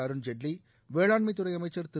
அருண்ஜேட்வி வேளாண்மைத்துறை அமைச்சர் திரு